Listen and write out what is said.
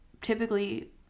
typically